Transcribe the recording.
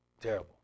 terrible